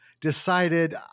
decided